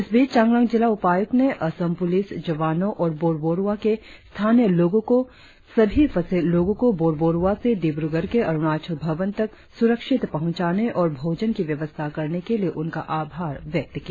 इस बीच चांगलांग जिला उपायुक्त ने असम पुलिस जवानों और बोरबोरुआ के स्थानीय लोगो का सभी फँसे लोगो को बोरबोरुआ से डिब्रगढ़ के अरुणाचल भवन तक स्रक्षित पहुँचाने और भोजन की व्यवस्था करने के लिए उनका आभार व्यक्त किया